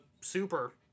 super